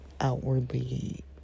outwardly